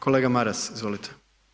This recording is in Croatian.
Kolega Maras, izvolite.